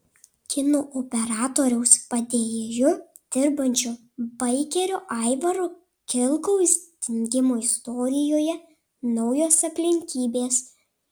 kino operatoriaus padėjėju dirbančio baikerio aivaro kilkaus dingimo istorijoje naujos aplinkybės